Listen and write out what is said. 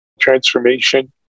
transformation